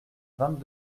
vingt